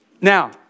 Now